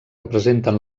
representen